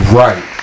right